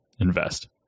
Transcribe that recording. invest